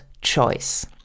Choice